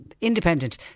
Independent